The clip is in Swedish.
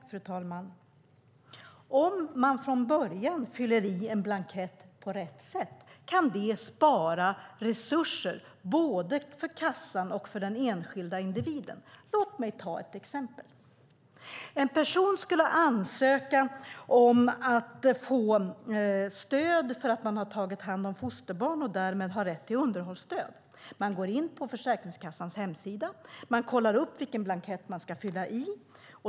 Fru talman! Om man från början fyller i en blankett på rätt sätt kan det spara resurser både för Försäkringskassan och för den enskilda individen. Låt mig ge ett exempel: En person skulle ansöka om att få stöd för att man hade tagit hand om fosterbarn och därmed hade rätt till underhållsstöd. Man går in på Försäkringskassans hemsida och kollar vilken blankett man ska fylla i.